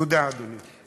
תודה, אדוני.